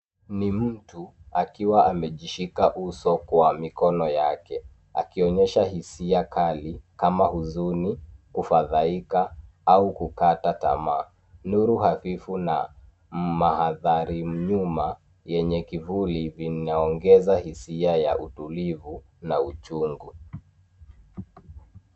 Ni mtu akiwa amejishika uso kwa mikono yake akionyesha hisia kali kama huzuni, kufadhaika au kukata tamaa. Nuru hafifu na mandhari nyuma yenye kivuli vinaongeza hisia ya utulivu na uchungu.